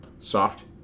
soft